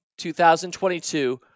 2022